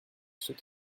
ceux